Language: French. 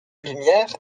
lumière